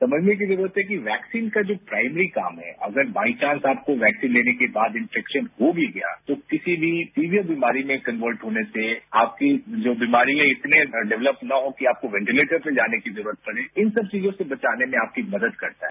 समझने की जरूरत है कि वैक्सीन का जो प्राइमरी काम है अगर बाइचांस आपको वैक्सीन लेने के बाद इनेफेक्शन हो भी गया तो किसी भी सीवियर बीमारी में कन्वर्ट होने से आपके जो बीमारियां इतने डेवलप न हो कि आपको वेंटिलेटर पर जाने की जरूरत पड़े इन सब चीजों से बचाने में आपकी मदद करता है